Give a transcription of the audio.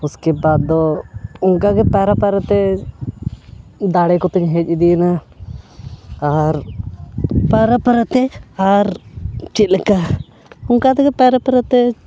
ᱩᱥᱠᱮ ᱵᱟᱫᱽ ᱫᱚ ᱚᱱᱠᱟᱜᱮ ᱯᱟᱭᱨᱟ ᱯᱟᱭᱨᱟᱛᱮ ᱫᱟᱲᱮ ᱠᱚᱛᱮᱧ ᱦᱮᱡ ᱤᱫᱤᱭᱮᱱᱟ ᱟᱨ ᱯᱟᱭᱨᱟ ᱯᱟᱨᱟᱛᱮ ᱟᱨ ᱪᱮᱫ ᱞᱮᱠᱟ ᱚᱱᱠᱟ ᱛᱮᱜᱮ ᱯᱟᱭᱨᱟ ᱯᱟᱭᱨᱟ ᱛᱮ